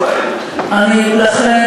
לכן,